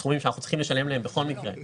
יופחת סכום המקדמה ששולם לו מסכום המענק המוגדל.